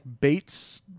Bates